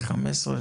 ב-2015?